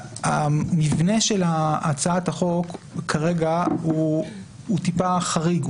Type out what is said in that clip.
המבנה של הצעת החוק כרגע הוא טיפה חריג,